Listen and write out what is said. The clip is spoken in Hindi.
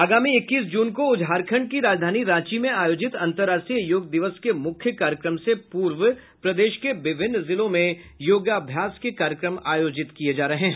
आगामी इक्कीस जून को झारखंड की राजधानी रांची में आयोजित अंतर्राष्ट्रीय योग दिवस के मुख्य कार्यक्रम से पूर्व प्रदेश के विभिन्न जिलों में योगाभ्यास के कार्यक्रम आयोजित किये जा रहे हैं